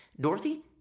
Dorothy